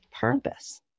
purpose